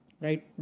Right